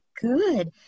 Good